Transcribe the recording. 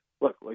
Look